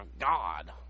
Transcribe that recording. God